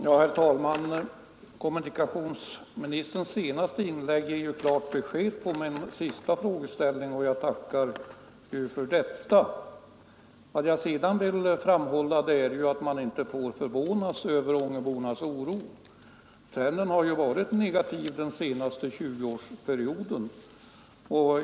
Herr talman! Kommunikationsministerns senaste inlägg ger klart besked på min sista fråga, och jag tackar för det. Vad jag sedan vill framhålla är att man inte får förvånas över Ångebornas oro. Trenden har varit negativ den senaste 20-årsperioden.